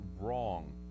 Wrong